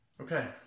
Okay